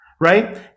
right